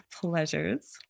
pleasures